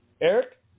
Eric